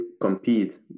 compete